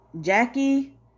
Jackie